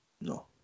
No